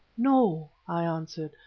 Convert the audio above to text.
no, i answered,